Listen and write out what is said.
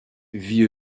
vit